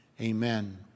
amen